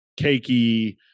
cakey